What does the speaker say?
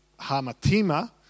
hamatima